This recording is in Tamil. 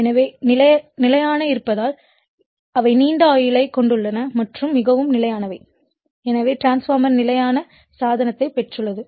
எனவே நிலையானதாக இருப்பதால் அவை நீண்ட ஆயுளைக் கொண்டுள்ளன மற்றும் மிகவும் நிலையானவை எனவே டிரான்ஸ்பார்மர் நிலையான சாதனத்தைப் பெறுகிறது